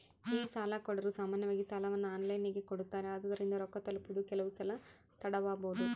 ಈ ಸಾಲಕೊಡೊರು ಸಾಮಾನ್ಯವಾಗಿ ಸಾಲವನ್ನ ಆನ್ಲೈನಿನಗೆ ಕೊಡುತ್ತಾರೆ, ಆದುದರಿಂದ ರೊಕ್ಕ ತಲುಪುವುದು ಕೆಲವುಸಲ ತಡವಾಬೊದು